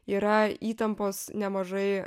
yra įtampos nemažai